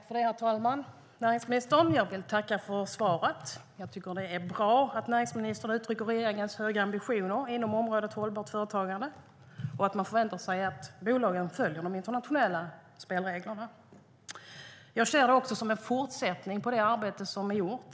Herr talman! Jag tackar näringsministern för svaret. Det är bra att näringsministern uttrycker regeringens höga ambitioner inom området hållbart företagande och att man förväntar sig att bolagen följer de internationella spelreglerna. Jag ser det som en fortsättning på det arbete som är gjort.